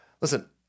Listen